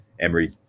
Emery